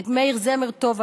את מאיר זמר טוב,